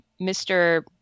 Mr